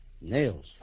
Nails